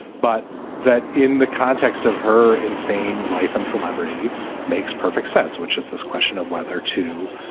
but that in the context of her insane life and celebrity makes perfect sense, which is this question of whether to,